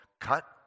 cut